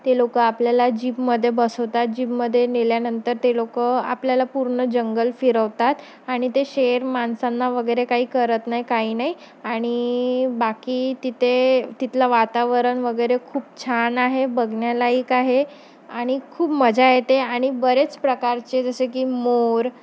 ते लोक आपल्याला जीपमध्ये बसवतात जिपमध्ये नेल्यानंतर ते लोक आपल्याला पूर्ण जंगल फिरवतात आणि ते शेर माणसांना वगैरे काही करत नाही काही नाही आणि बाकी तिथे तिथलं वातावरण वगैरे खूप छान आहे बघण्यालायक आहे आणि खूप मजा येते आणि बरेच प्रकारचे जसे की मोर